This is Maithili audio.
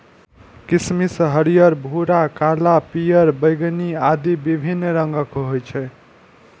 किशमिश हरियर, भूरा, काला, पीयर, बैंगनी आदि विभिन्न रंगक होइ छै